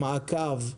מעקב,